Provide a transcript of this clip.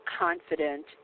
confident